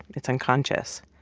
it's unconscious.